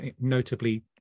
notably